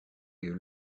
you